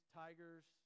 tigers